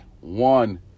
one